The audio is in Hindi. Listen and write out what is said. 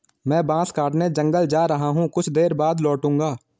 मैं बांस काटने जंगल जा रहा हूं, कुछ देर बाद लौटूंगा